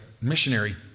missionary